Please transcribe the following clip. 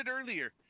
earlier